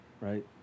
right